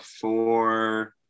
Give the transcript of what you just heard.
Four